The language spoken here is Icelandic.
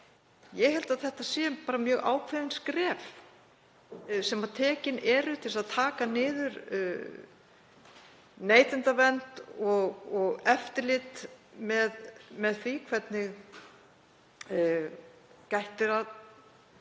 Ég held að þetta séu bara mjög ákveðin skref sem tekin eru til þess að taka niður neytendavernd og eftirlit með því hvernig gætt er að